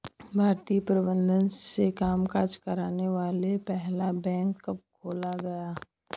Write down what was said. भारतीय प्रबंधन से कामकाज करने वाला पहला बैंक कब खोला गया?